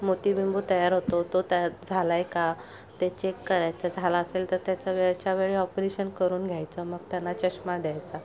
मोतीबिंदू तयार होतो तो तयार झाला आहे का ते चेक करायचं झाला असेल तर त्याचा वेळच्यावेळी ऑपरेशन करून घ्यायचं मग त्यांना चष्मा द्यायचा